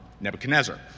Nebuchadnezzar